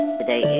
Today